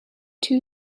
two